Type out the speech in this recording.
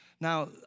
Now